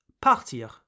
partir